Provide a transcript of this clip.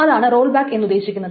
അതാണ് റോൾ എന്നുദ്ദേശിക്കുന്നത്